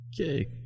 okay